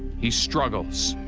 he struggles.